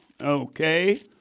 okay